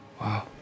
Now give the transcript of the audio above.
Wow